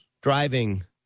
driving